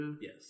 Yes